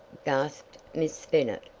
gasped miss bennet,